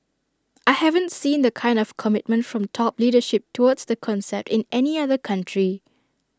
I haven't seen the kind of commitment from top leadership towards the concept in any other country